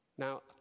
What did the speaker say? Now